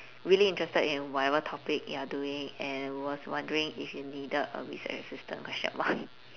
really interested in whatever topic you're doing and was wondering if you needed a research assistant question mark